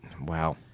Wow